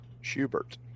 Schubert